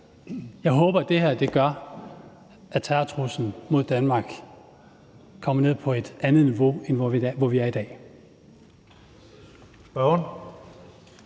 Jeg håber, det her gør, at terrortruslen mod Danmark kommer ned på et andet niveau end der, hvor vi er i dag.